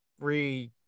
re